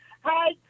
Hi